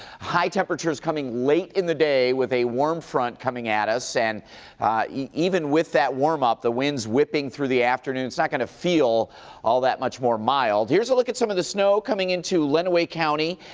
high temperatures coming late in the day with a warm front coming at us, and even with that warm-up, the winds whipping through the afternoon will not kind of feel all that much more mild. here's a look at some of the snow coming into lenawee county.